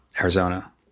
Arizona